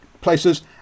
places